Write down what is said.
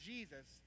Jesus